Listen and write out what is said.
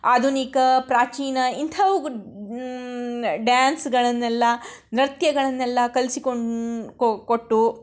ಆಧುನಿಕ ಪ್ರಾಚೀನ ಇಂಥವು ಡ್ಯಾನ್ಸ್ಗಳನ್ನೆಲ್ಲ ನೃತ್ಯಗಳನ್ನೆಲ್ಲ ಕಲ್ಸಿಕೊಂ ಕೊಟ್ಟು